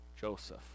Joseph